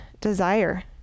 desire